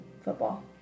football